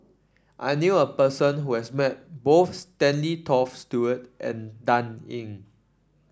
I knew a person who has met both Stanley Toft Stewart and Dan Ying